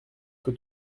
peut